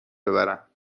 ببرم